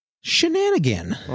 Shenanigan